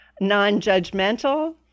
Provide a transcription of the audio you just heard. non-judgmental